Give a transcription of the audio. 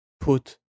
put